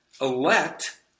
elect